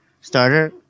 starter